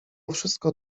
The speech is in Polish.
wszystko